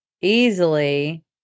easily